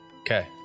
okay